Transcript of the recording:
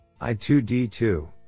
I2D2